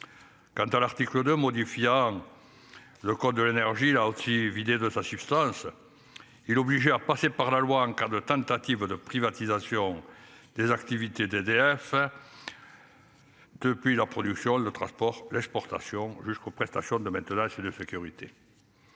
Quant à l'article 2 modifiant. Le code de l'énergie là aussi vidé de sa substance. Et l'obliger à passer par la loi en cas de tentative de privatisation des activités d'EDF. Depuis leur production, le transport, l'exportation jusqu'aux prestations de maintenant je de sécurité.